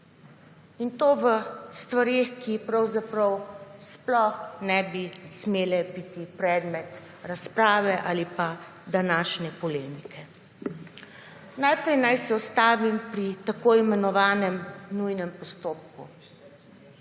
in to v stvareh, ki pravzaprav sploh ne bi smele biti predmet razprave ali pa današnje polemike. Najprej naj se ustavim pri tako imenovanem nujnem postopku.